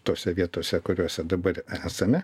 tose vietose kuriose dabar esame